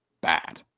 bad